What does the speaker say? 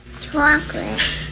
Chocolate